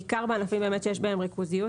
בעיקר בענפים שיש בהם ריכוזיות,